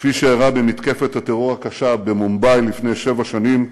כפי שאירע במתקפת הטרור הקשה במומבאי לפני שבע שנים,